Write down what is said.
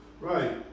Right